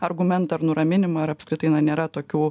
argumentą ar nuraminimą ar apskritai na nėra tokių